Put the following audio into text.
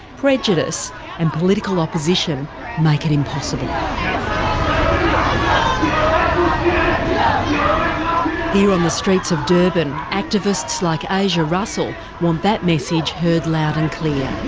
prejudice and political oppression make it impossible. um here on the streets of durban, activists like asia russell want that message heard loud and clear.